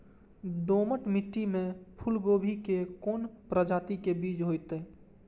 दोमट मिट्टी में फूल गोभी के कोन प्रजाति के बीज होयत?